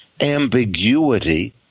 ambiguity